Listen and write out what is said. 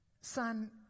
Son